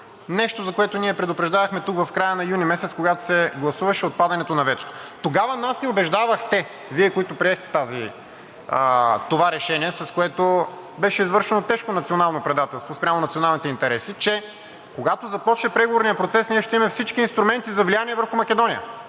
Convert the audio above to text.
Нещо, за което ние предупреждавахме тук в края на месец юни, когато се гласуваше отпадането на ветото. Тогава нас ни убеждавахте – Вие, които приехте това решение, с което беше извършено тежко национално предателство спрямо националните интереси, че когато започне преговорният процес, ние ще имаме всички инструменти за влияние върху Македония.